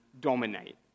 dominate